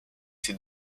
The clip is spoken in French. ses